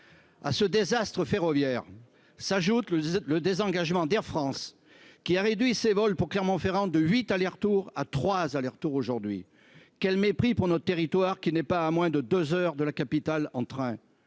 à ce désastre ferroviaire s'ajoute le le désengagement d'Air France qui a réduit ses vols pour Clermont-Ferrand de 8 allers-retours à 3 aller-retour aujourd'hui quel mépris pour notre territoire qui n'est pas à moins de 2 heures de la capitale en train